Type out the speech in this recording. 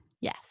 Yes